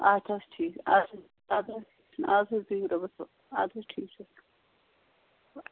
اَدٕ حظ ٹھیٖک اَدٕ حظ اَدٕ حظ اَدٕ حظ بِہِو رۄبَس حوال اَدٕ حظ ٹھیٖک چھُ